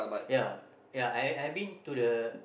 ya ya I I I been to the